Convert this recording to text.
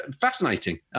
fascinating